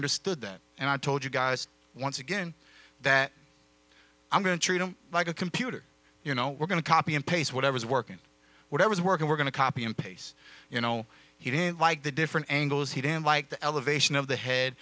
understood that and i told you guys once again that i'm going to treat him like a computer you know we're going to copy and paste whatever's working whatever is working we're going to copy and paste you know he didn't like the different angles he didn't like the elevation of the head